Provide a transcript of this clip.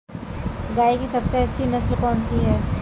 गाय की सबसे अच्छी नस्ल कौनसी है?